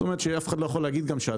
זאת אומרת אף אחד לא יכול להגיד שהדבש,